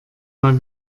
mal